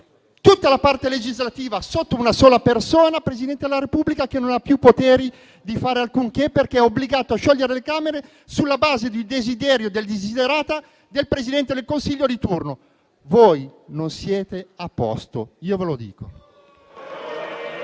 tutta la parte legislativa sotto una sola persona; Presidente della Repubblica che non ha più potere di fare alcunché perché è obbligato a sciogliere le Camere sulla base dei *desiderata* del Presidente del Consiglio di turno. Voi non siete a posto, io ve lo dico.